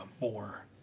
more